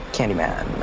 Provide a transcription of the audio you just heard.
Candyman